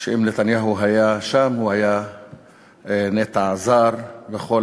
שאם נתניהו היה שם הוא היה נטע זר בכל